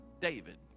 David